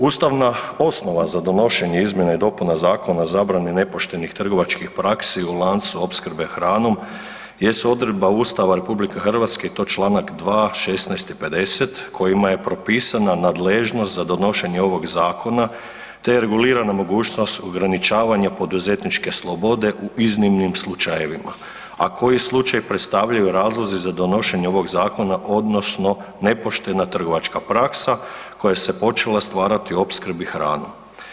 Ustavna osnova za donošenje izmjena i dopuna Zakona o zabrani nepoštenih trgovačkih praksi u lancu opskrbe hranom jesu odredba Ustava RH i to čl. 2., 16. i 50. kojima je propisana nadležnost za donošenje ovog zakona te regulirana mogućnost ograničavanja poduzetničke slobode u iznimnim slučajevima a koji slučajevi predstavljaju razlozi za donošenje ovog zakona odnosno nepoštena trgovačka praksa koja se počela stvarati u opskrbi hranom.